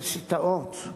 באוניברסיטאות,